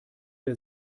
der